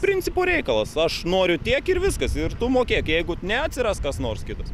principo reikalas aš noriu tiek ir viskas ir tu mokėk jeigu ne atsiras kas nors kitas